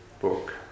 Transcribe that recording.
book